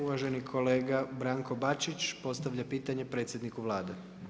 Uvaženi kolega Branko Bačić postavlja pitanje predsjedniku Vlade.